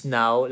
now